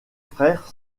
frère